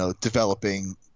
developing